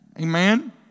amen